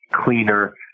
cleaner